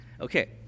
Okay